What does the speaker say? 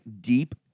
deep